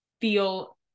feel